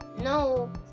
No